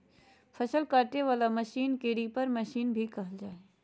फसल काटे वला मशीन के रीपर मशीन भी कहल जा हइ